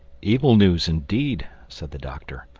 evil news indeed, said the doctor.